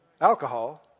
alcohol